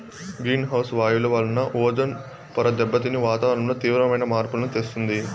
green house వాయువుల వలన ozone పొర దెబ్బతిని వాతావరణంలో తీవ్రమైన మార్పులను తెస్తుంది